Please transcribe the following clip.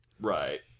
Right